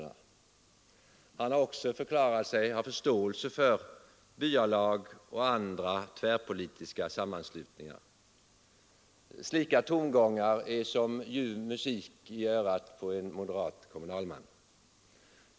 Han har också förklarat sig ha förståelse för byalag och andra tvärpolitiska sammanslutningar. Slika tongångar är som ljuv musik i örat på en moderat kommunalman.